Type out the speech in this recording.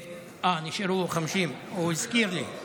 נשארו 50, הוא הזכיר לי.